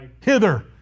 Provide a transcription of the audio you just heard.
hither